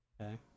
Okay